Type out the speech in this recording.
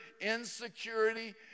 insecurity